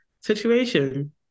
situation